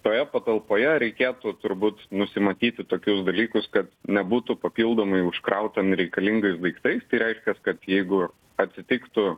toje patalpoje reikėtų turbūt nusimatyti tokius dalykus kad nebūtų papildomai užkrauta nereikalingais daiktais tai reiškias kad jeigu atsitiktų